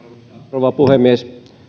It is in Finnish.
rouva puhemies